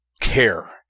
Care